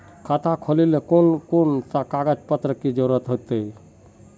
खाता खोलेले कौन कौन सा कागज पत्र की जरूरत होते?